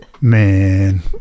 Man